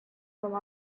from